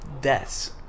deaths